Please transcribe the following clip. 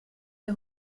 der